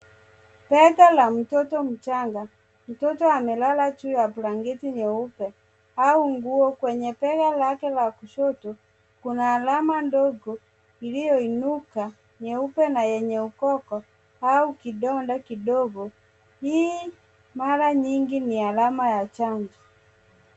Bega la mtoto mchanga. Mtoto amelala juu ya blanketi jeupe au nguo. Kwenye bega lake la kushoto, kuna alama ndogo iliyoiunuka, nyeupe na yenye ukoko au kidonda kidogo. Hii mara nyingi ni alama ya chanjo.